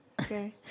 okay